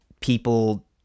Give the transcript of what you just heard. people